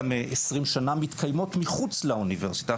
מעשרים שנה מתקיימות מחוץ לאוניברסיטה.